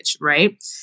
right